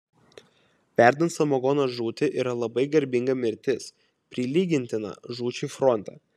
verdant samagoną žūti yra labai garbinga mirtis prilygintina žūčiai fronte